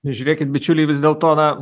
žiūrėkit bičiuliai vis dėlto na